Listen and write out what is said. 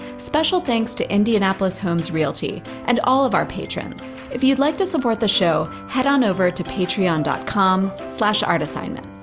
special thanks to indianapolis homes realty and all of our patrons. if you'd like to support the show, head on over to patreon com artassignment.